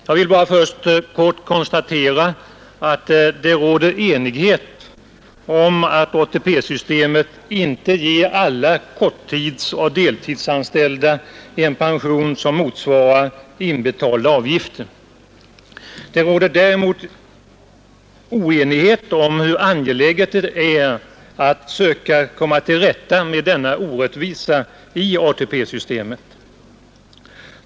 Jag vill bara först kort konstatera att det råder enighet om att ATP-systemet inte ger alla korttidsoch deltidsanställda en pension som motsvarar inbetalda avgifter. Det råder däremot oenighet om hur angeläget det är att söka komma till rätta med denna orättvisa i ATP-systemet.